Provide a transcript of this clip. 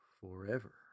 forever